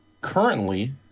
currently